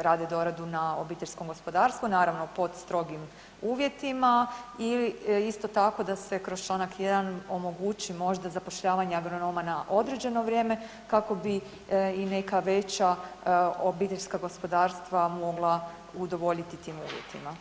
rade doradu na obiteljskom gospodarstvu, naravno pod strogim uvjetima ili isto tako da se kroz čl. 1. omogući možda zapošljavanje agronoma na određeno vrijeme kako bi i neka veća obiteljska gospodarstva mogla udovoljiti tim uvjetima?